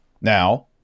Now